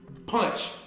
Punch